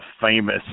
famous